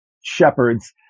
shepherds